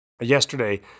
yesterday